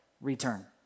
return